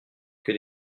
que